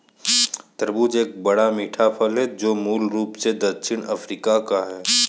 तरबूज एक बड़ा, मीठा फल है जो मूल रूप से दक्षिणी अफ्रीका का है